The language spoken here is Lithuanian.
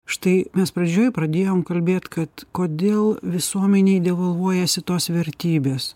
štai mes pradžioj pradėjom kalbėt kad kodėl visuomenėj devalvuojasi tos vertybės